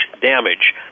damage